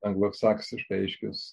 anglosaksiškai aiškios